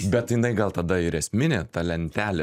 bet jinai gal tada ir esminė ta lentelė